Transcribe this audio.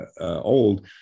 old